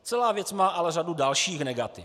Celá věc má ale řadu dalších negativ.